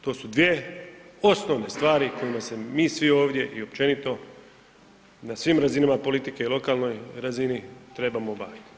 To su dvije osnovne stvari kojima se mi svi ovdje i općenito na svim razinama politike i lokalnoj razini trebamo bavit.